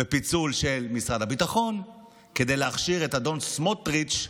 ופיצול של משרד הביטחון כדי להכשיר את אדון סמוטריץ'